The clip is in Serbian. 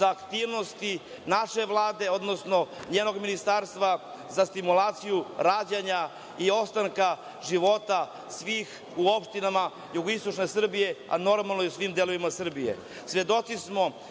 za aktivnosti naše Vlade, odnosno njenog ministarstva za stimulaciju rađanja i opstanka života svih u opštinama jugoistočne Srbije a normalno i u svim delovima Srbije. Svedoci